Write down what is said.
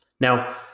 Now